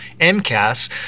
MCAS